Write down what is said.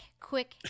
quick